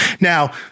Now